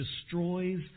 destroys